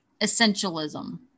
essentialism